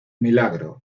milagro